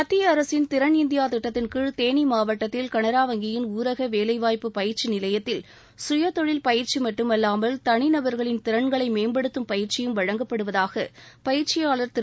மத்திய அரசின் திறன் இந்தியா திட்டத்தின் கீழ் தேனி மாவட்டத்தில் கனரா வங்கியின் ஊரக வேலைவாய்ப்பு பயிற்சி நிலையத்தில் சுயதொழில் பயிற்சி மட்டுமல்லாமல் தனி நபர்களின் திறன்களை மேம்படுத்தும் பயிற்சியும் வழங்கப்படுவதாக பயிற்சியாளர் திரு